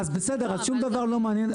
בסדר, שום דבר לא מעניין.